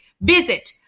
Visit